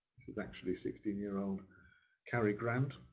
here's actually sixteen year old cary grant,